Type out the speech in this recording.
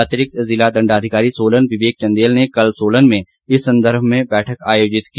अतिरिक्त जिला दंडाधिकारी सोलन विवेक चंदेल ने ने कल सोलन में इस संदर्भ बैठक आयोजित की